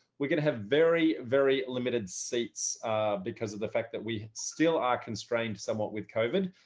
we're going to have very, very limited seats because of the fact that we still are constrained somewhat with covid.